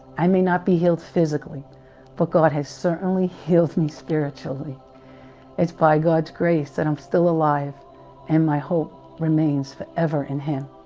i may, not be healed physically but, god has certainly healed, me spiritually it's by, god's grace that i'm still alive and my hope remains forever in him